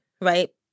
Right